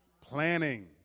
Planning